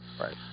Right